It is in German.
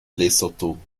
lesotho